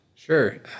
Sure